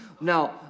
Now